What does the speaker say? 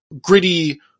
gritty